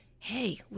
hey